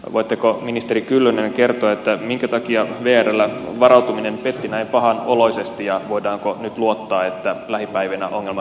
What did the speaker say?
voitteko ministeri kyllönen kertoa minkä takia vrllä varautuminen petti näin pahanoloisesti ja voidaanko nyt luottaa että lähipäivinä ongelma saadaan korjattua